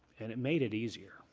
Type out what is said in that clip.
and it made it easier.